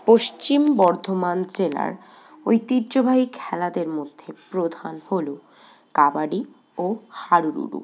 পশ্চিম বর্ধমান জেলার ঐতিহ্যবাহী খেলাদের মধ্যে প্রধান হল কাবাডি ও হাডুডু